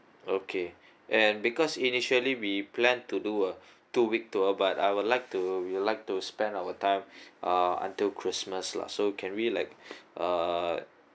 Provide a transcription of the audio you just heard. okay and because initially we plan to do a two week tour but I would like would like to spend our time uh until christmas lah so can we like uh